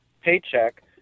paycheck